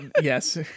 yes